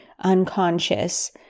unconscious